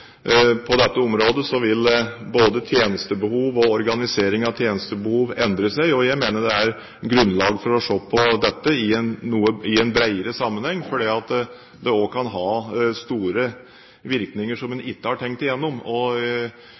på dette området vil både tjenestebehov og organisering av tjenestebehov endre seg. Jeg mener det er grunnlag for å se på dette i en bredere sammenheng, fordi det også kan ha store virkninger som en ikke har tenkt igjennom. Jeg tror det er fornuftig og